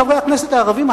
חברי הכנסת הערבים,